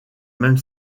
même